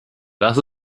das